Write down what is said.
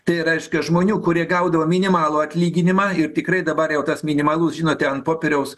tai reiškia žmonių kurie gaudavo minimalų atlyginimą ir tikrai dabar jau tas minimalus žinote ant popieriaus